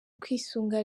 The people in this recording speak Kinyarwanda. kwisunga